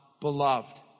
Beloved